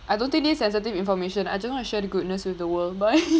I don't think this sensitive information I just want to share the goodness with the world